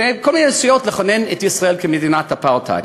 ובכל מיני ניסיונות לכונן את ישראל כמדינת אפרטהייד.